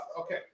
okay